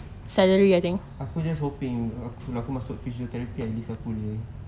aku just hoping aku aku masuk physical therapy at least aku boleh